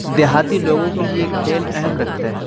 دیہاتی لوگوں کے لیے کھیل اہم رکھتے ہیں